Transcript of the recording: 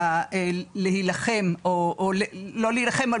להילחם או לא להילחם,